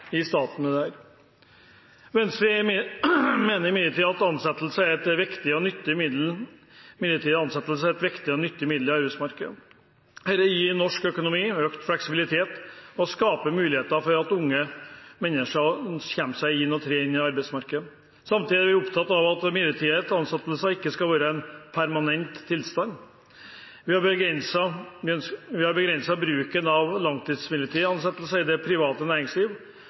i staten. Venstre mener midlertidig ansettelse er et viktig og nyttig middel i arbeidsmarkedet. Dette gir norsk økonomi økt fleksibilitet og skaper muligheter for unge mennesker til å komme seg inn på arbeidsmarkedet. Samtidig er vi opptatt av at midlertidig ansettelse ikke skal være en permanent tilstand. Vi har begrenset bruken av langtids midlertidig ansettelse i det private næringslivet, og derfor er vi glad for at vi nå legger føringer som også begrenser det i det